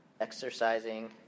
exercising